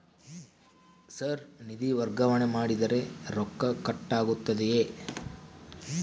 Sir ನಿಧಿ ವರ್ಗಾವಣೆ ಮಾಡಿದರೆ ರೊಕ್ಕ ಕಟ್ ಆಗುತ್ತದೆಯೆ?